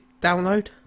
download